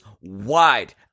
wide